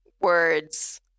words